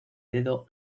dedo